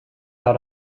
out